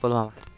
Pulwama